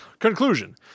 Conclusion